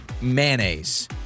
Mayonnaise